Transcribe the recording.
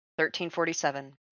1347